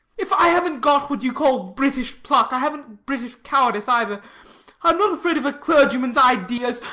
if i haven't got what you call british pluck, i haven't british cowardice either i'm not afraid of a clergyman's ideas.